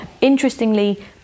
Interestingly